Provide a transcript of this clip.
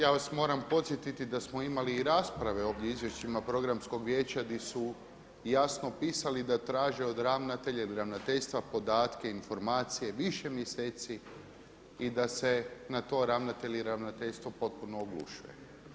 Ja vas moram podsjetiti da smo imali i rasprave o izvješćima Programskog vijeća gdje su jasno pisali da traže od ravnatelja ili ravnateljstva podatke, informacije više mjeseci i da se na to ravnatelj i ravnateljstvo potpuno oglušuje.